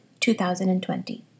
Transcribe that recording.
2020